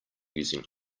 using